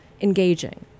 engaging